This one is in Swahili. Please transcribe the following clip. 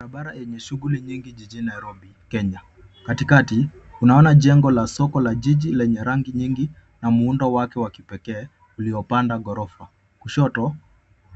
Barabara yenye shughuli nyingi jijini Nairobi Kenya. Katikati unaona jengo la soko la jiji lenye rangi nyingi na muundo wake wa kipekee uliopanda ghorofa. Kushoto